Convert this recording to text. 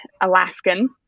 Alaskan